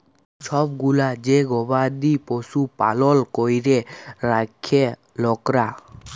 ছব গুলা যে গবাদি পশু পালল ক্যরে রাখ্যে লকরা